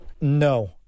No